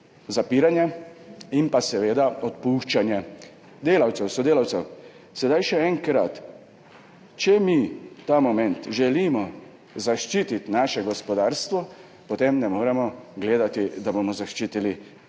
zapiranje in pa seveda odpuščanje delavcev, sodelavcev. Sedaj še enkrat, če mi ta moment želimo zaščititi naše gospodarstvo, potem ne moremo gledati na to, da bomo v